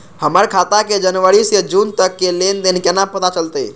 हमर खाता के जनवरी से जून तक के लेन देन केना पता चलते?